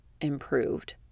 improved